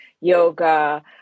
yoga